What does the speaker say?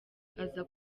aza